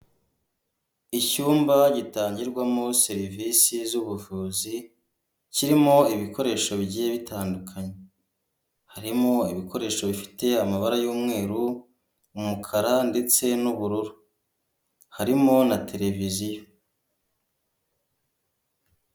Icyumba gitangirwamo serivisi z'ubuvuzi kirimo ibikoresho bigiye bitandukanye, harimo ibikoresho bifite amabara y'umweru, umukara ndetse n'ubururu, harimo na tereviziyo.